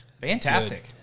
Fantastic